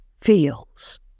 feels